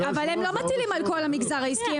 אבל הם לא מטילים על כל המגזר העסקי,